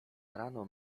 rano